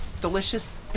delicious